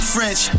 French